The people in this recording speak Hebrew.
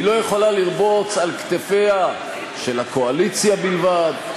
היא לא יכולה לרבוץ על כתפיה של הקואליציה בלבד,